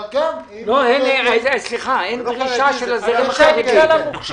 לא, סליחה, אין דרישה של הזרם החרדי.